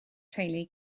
teulu